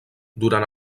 durant